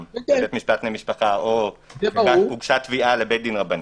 לבית משפט לענייני משפחה או הוגשה תביעה לבית דין רבני,